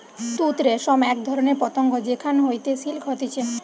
তুত রেশম এক ধরণের পতঙ্গ যেখান হইতে সিল্ক হতিছে